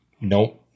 nope